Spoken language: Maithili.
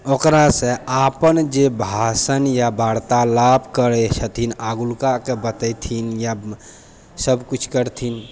ओकरासँ अपन जे भाषण या वार्तालाप करै छथिन अगुलकाके बतैथिन या सब किछु करथिन